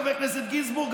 חבר כנסת גינזבורג,